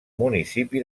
municipi